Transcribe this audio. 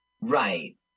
Right